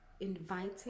inviting